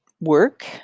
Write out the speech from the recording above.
Work